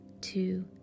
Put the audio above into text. Two